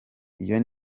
iyo